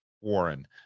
Warren